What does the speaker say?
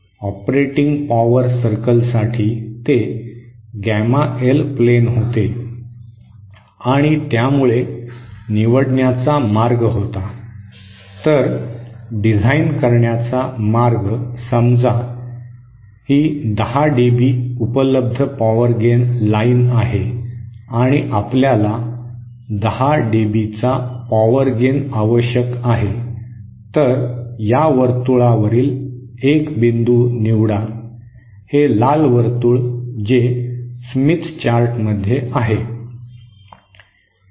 operating power सर्कलसाठी ते gamma L plane होते आणि त्यामुळे निवडण्याचा मार्ग होता तर डिझाइन करण्याचा मार्ग समजा ही 10 डीबी उपलब्ध पॉवर गेन लाइन आहे आणि आपल्याला 10 डीबीचा पॉवर गेन आवश्यक आहे तर या वर्तुळावरील एक बिंदू निवडा हे लाल वर्तुळ जे स्मिथ चार्टमध्ये आहे